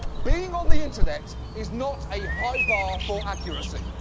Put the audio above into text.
being on the internet is not a high bar for accuracy.